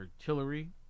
artillery